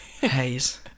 Haze